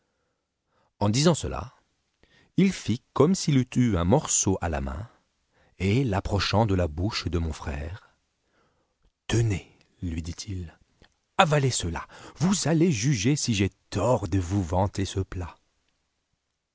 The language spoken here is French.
en rassasiiez disant cela il fit comme s'il eût eu un morceau à la maiu et l'approchant de la bouche de mou frère tenez lui dit-il avalez cela vous allez juger si j'ai tort de vous vanter ce plat